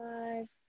Five